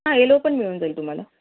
हा येलो पण मिळून जाईल तुम्हाला